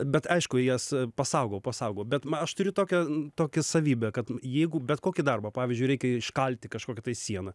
bet aišku jas pasaugau pasaugau bet aš turiu tokią tokią savybę kad jeigu bet kokį darbą pavyzdžiui reikia iškalti kažkokią tai sieną